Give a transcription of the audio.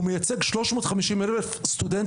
הוא מייצג שלוש מאות חמישים אלף סטודנטים,